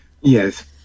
Yes